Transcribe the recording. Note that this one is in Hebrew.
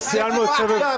אישר את זה.